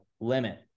limit